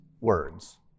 words